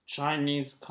Chinese